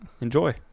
Enjoy